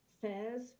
fairs